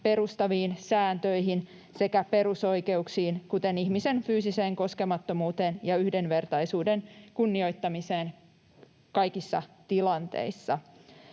perustaviin sääntöihin sekä perusoikeuksiin, kuten ihmisen fyysiseen koskemattomuuteen ja yhdenvertaisuuden kunnioittamiseen kaikissa tilanteissa.